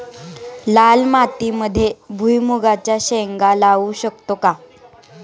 लाल मातीमध्ये भुईमुगाच्या शेंगा लावू शकतो का?